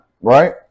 right